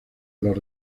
los